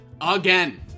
Again